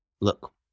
look